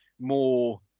more